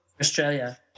Australia